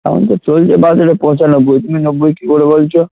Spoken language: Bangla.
এখন তো চলছে বাজারে পঁচানব্বই তুমি নব্বই কী করে বলছো